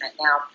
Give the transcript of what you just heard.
Now